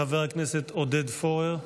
חבר הכנסת עודד פורר,